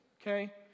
Okay